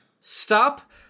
stop